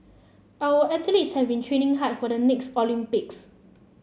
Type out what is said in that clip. our athletes have been training hard for the next Olympics